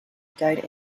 died